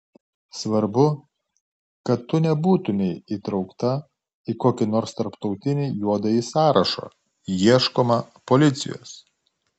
svarbu kad tu nebūtumei įtraukta į kokį nors tarptautinį juodąjį sąrašą ieškoma policijos